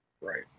Right